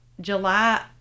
july